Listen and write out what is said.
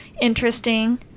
interesting